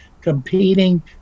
competing